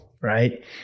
Right